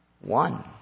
one